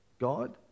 God